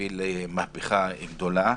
הביא למהפכה גדולה,